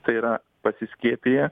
tai yra pasiskiepiję